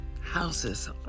houses